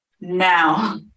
Now